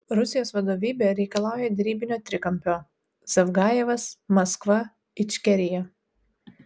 rusijos vadovybė reikalauja derybinio trikampio zavgajevas maskva ičkerija